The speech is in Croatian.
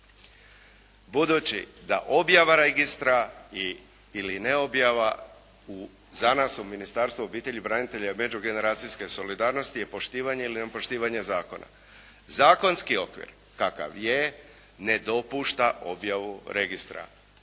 Budući da objava registra ili ne objava za nas u Ministarstvu obitelji, branitelja i međugeneracijske solidarnosti je poštivanje ili ne poštivanje zakona. Zakonski okvir kakav je, ne dopušta objavu registra.